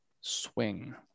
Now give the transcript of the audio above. swing